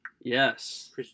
Yes